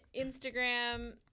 Instagram